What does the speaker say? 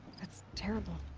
that's terrible.